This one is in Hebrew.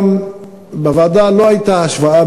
בוועדה לא הייתה השוואה